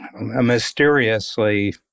mysteriously